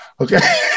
okay